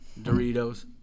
Doritos